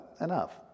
enough